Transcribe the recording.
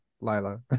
Lila